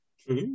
True